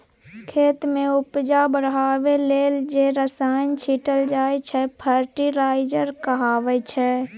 खेत मे उपजा बढ़ाबै लेल जे रसायन छीटल जाइ छै फर्टिलाइजर कहाबै छै